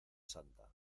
santa